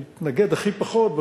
התנגד הכי פחות,